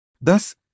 Thus